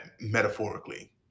metaphorically